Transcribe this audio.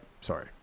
sorry